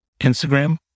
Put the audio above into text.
Instagram